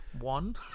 one